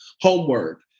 homework